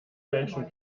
menschen